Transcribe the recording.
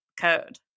code